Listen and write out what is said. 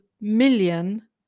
million